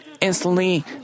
instantly